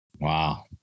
Wow